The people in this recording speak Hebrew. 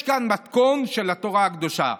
יש כאן מתכון של התורה הקדושה.